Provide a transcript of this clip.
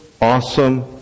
awesome